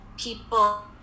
People